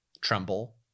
Tremble